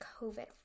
COVID